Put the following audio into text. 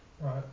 right